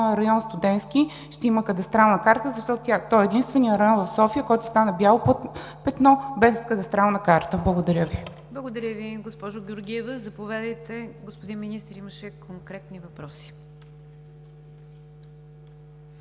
район „Студентски“ ще има Кадастрална карта, защото той е единственият район в София, който стана бяло петно без Кадастрална карта. Благодаря Ви. ПРЕДСЕДАТЕЛ НИГЯР ДЖАФЕР: Благодаря Ви, госпожо Георгиева. Заповядайте, господин Министър. Имаше конкретни въпроси.